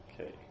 okay